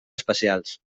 especials